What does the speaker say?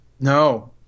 No